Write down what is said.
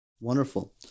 Wonderful